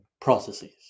processes